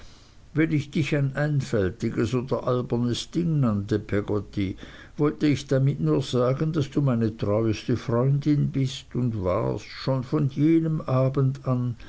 wenn ich dich ein einfältiges oder albernes ding nannte peggotty wollte ich damit nur sagen daß du meine treueste freundin bist und warst schon von jenem abend an